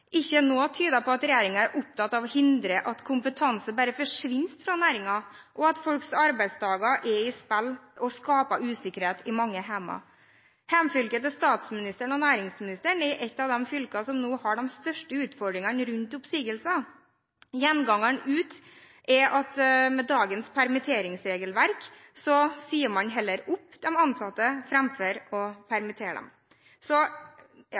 ikke noe tyder på at regjeringen er opptatt av å hindre at kompetanse bare forsvinner fra næringen, og at folks arbeidsdager er i spill og skaper usikkerhet i mange hjem. Hjemfylket til statsministeren og næringsministeren er ett av de fylkene som nå har de største utfordringene rundt oppsigelser. Gjengangeren ut er at med dagens permitteringsregelverk sier man heller opp de ansatte framfor å